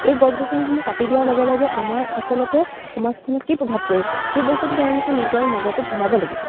এই গছ গছনিসমূহ কাটি দিয়াৰ লগে লগে আমাৰ আচলতে সমাজখনত কি প্ৰভাৱ পৰিছে সেই বস্তুটো তেওঁলোকে নিজৰ মগজুত ভৰাব লাগিব